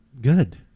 Good